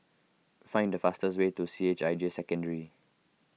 find the fastest way to C H I J Secondary